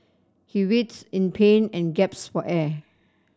he writhed in pain and gasped for air